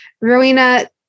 Rowena